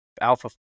alpha